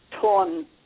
torn